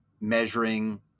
measuring